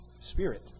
spirit